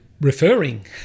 referring